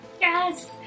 Yes